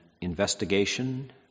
investigation